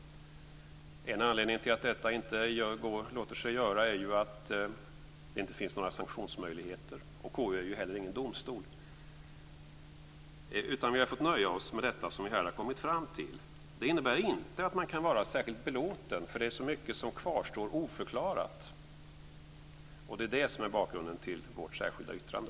En anledning till att detta inte låter sig göra är att det inte finns några sanktionsmöjligheter. KU är ju heller ingen domstol. Vi har fått nöja oss med det som vi här har kommit fram till. Det innebär inte att man kan vara särskilt belåten, för det är så mycket som kvarstår oförklarat. Det är det som är bakgrunden till vårt särskilda yttrande.